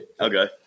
Okay